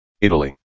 Italy